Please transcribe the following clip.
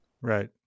Right